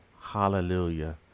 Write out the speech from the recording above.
Hallelujah